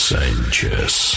Sanchez